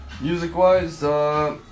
Music-wise